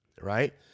right